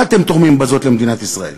מה אתם תורמים בזאת למדינת ישראל?